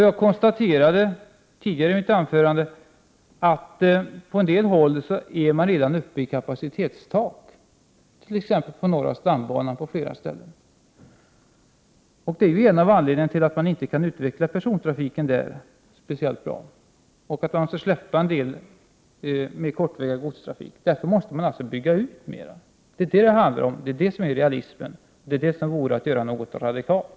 Jag konstaterade tidigare i ett anförande att man på en del håll redan är uppe i kapacitetstaket, t.ex. på norra stambanan på flera ställen. Det är en av anledningarna till att man inte har kunnat utveckla persontrafiken speciellt bra och har måst släppa en del av den kortväga godstrafiken. Därför måste man alltså bygga ut mera. Det är det som är realistiskt, det är att göra någonting radikalt.